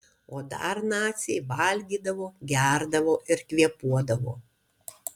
o dar naciai valgydavo gerdavo ir kvėpuodavo